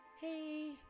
hey